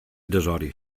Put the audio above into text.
desori